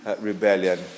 rebellion